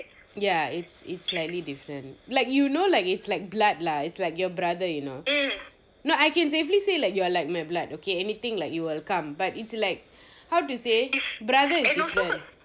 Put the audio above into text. ya it's it's slightly different like you know like it's like blood lah it's like your brother you know no I can safely say you're like my blood okay anything you will come but it's like how to say brother is different